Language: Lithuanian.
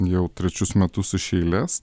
jau trečius metus iš eilės